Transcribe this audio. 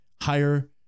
higher